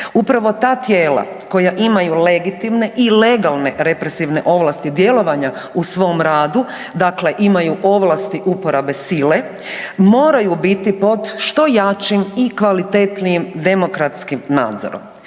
Upravo ta tijela koja imaju legitimne i legalne represivne ovlasti djelovanja u svom radu, dakle imaju ovlasti uporabe sile, moraju biti pod što jačim i kvalitetnijim demokratskim nadzorom.